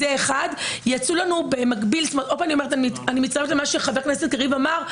אני מצטרפת למה שחבר הכנסת קריב אמר,